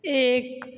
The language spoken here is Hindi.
एक